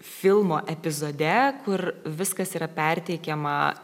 filmo epizode kur viskas yra perteikiama